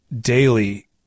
daily